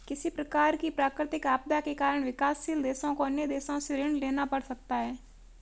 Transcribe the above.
किसी प्रकार की प्राकृतिक आपदा के कारण विकासशील देशों को अन्य देशों से ऋण लेना पड़ सकता है